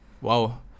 wow